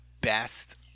best